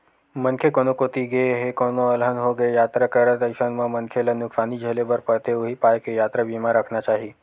मनखे कोनो कोती गे हे कोनो अलहन होगे यातरा करत अइसन म मनखे ल नुकसानी झेले बर परथे उहीं पाय के यातरा बीमा रखना चाही